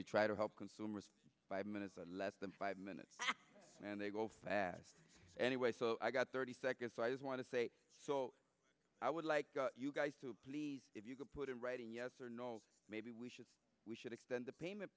you try to help consumers five minutes less than five minutes and they go fast anyway so i got thirty seconds so i just want to say i would like you guys to please if you could put in writing yes or no maybe we should we should extend the payment